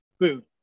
food